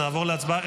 נעבור להצבעה,